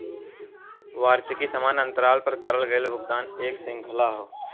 वार्षिकी समान अंतराल पर करल गयल भुगतान क एक श्रृंखला हौ